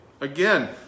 again